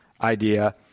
idea